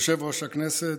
יושב-ראש הכנסת,